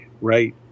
right